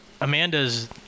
Amanda's